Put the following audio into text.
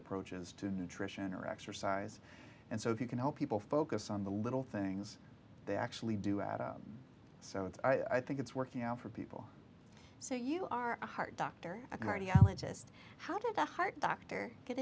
approaches to nutrition or exercise and so if you can help people focus on the little things they actually do add up so i think it's working out for people so you are a heart doctor a cardiologist how did the heart doctor get